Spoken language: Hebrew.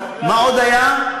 מה עוד היה?